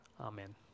Amen